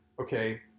okay